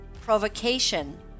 provocation